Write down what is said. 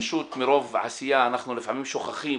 פשוט מרוב עשייה אנחנו לפעמים שוכחים,